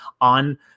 on